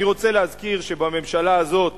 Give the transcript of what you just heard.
אני רוצה להזכיר שבממשלה הזאת